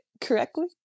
correctly